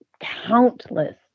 countless